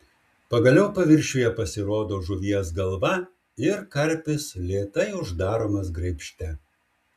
pagaliau paviršiuje pasirodo žuvies galva ir karpis lėtai uždaromas graibšte